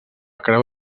creu